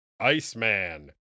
Iceman